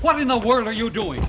what in the world are you doing